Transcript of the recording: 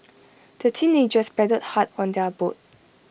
the teenagers paddled hard on their boat